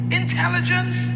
intelligence